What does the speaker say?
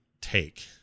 take